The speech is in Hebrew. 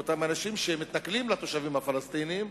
באותם אנשים שמתנכלים לתושבים הפלסטינים,